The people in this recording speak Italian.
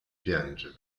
piangere